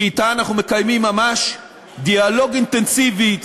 שאתה אנחנו מקיימים ממש דיאלוג אינטנסיבי,